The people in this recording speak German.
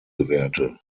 gewährte